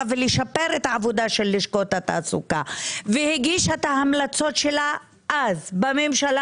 ולשפר את העבודה של לשכות התעסוקה והגישה המלצותיה אז בממשלה